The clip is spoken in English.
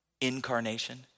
Incarnation